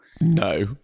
no